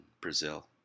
Brazil